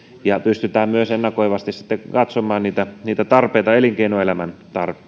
ja pystytään myös ennakoivasti sitten katsomaan niitä niitä tarpeita elinkeinoelämän